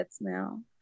now